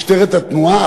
משטרת התנועה,